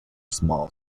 small